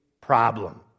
problem